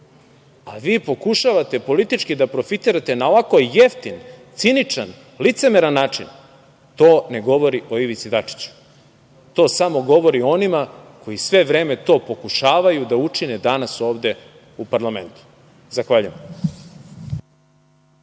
a vi pokušavate politički da profitirate na ovako jeftin, ciničan, licemeran način to ne govori o Ivici Dačiću, to samo govori o onima koji sve vreme to pokušavaju da učine danas ovde u parlamentu. Zahvaljujem.